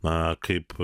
na kaip